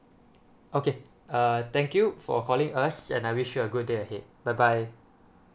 okay err thank you for calling us and I wish you a good day ahead bye bye